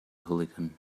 hooligan